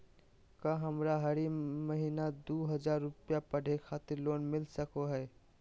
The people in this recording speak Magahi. का हमरा हरी महीना दू हज़ार रुपया पढ़े खातिर लोन मिलता सको है?